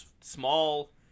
small